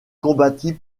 combattit